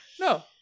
no